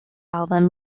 album